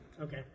Okay